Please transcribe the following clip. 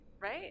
Right